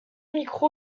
micro